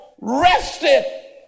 rested